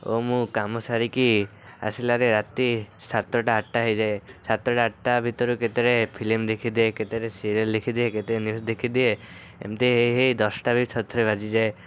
ଓ ମୁଁ କାମ ସାରିକି ଆସିଲାରେ ରାତି ସାତଟା ଆଠଟା ହେଇଯାଏ ସାତଟା ଆଠଟା ଭିତରେ କେତେବଳେ ଫିଲ୍ମ ଦେଖିଦିଏ କେତେବେଳେ ସିରିଏଲ୍ ଦେଖିଦିଏ କେତେବେଳେ ନ୍ୟୁଜ୍ ଦେଖିଦିଏ ଏମିତି ହେଇ ହେଇ ଦଶଟା ବି ଥରେ ଥରେ ବାଜିଯାଏ